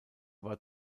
war